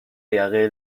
یقه